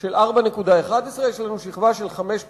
של 4.11 שקלים יש לנו שכבה של 5.6,